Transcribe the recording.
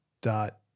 dot